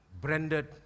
branded